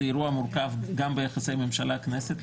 זה אירוע מורכב גם ביחסי ממשלה כנסת,